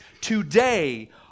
today